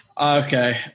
okay